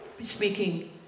speaking